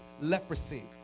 leprosy